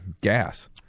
gas